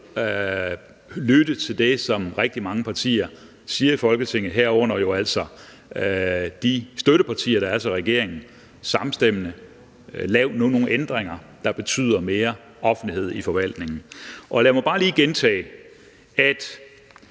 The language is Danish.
lytte til det, som rigtig mange partier, herunder jo altså de støttepartier, der er til regeringen, samstemmende siger i Folketinget: Lav nu nogle ændringer, der betyder mere offentlighed i forvaltningen. Lad mig bare lige gentage, at